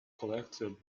collected